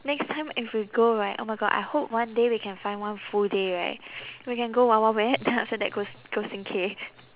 next time if we go right oh my god I hope one day we can find one full day right we can go wild wild wet then after that go s~ go sing K